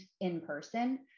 in-person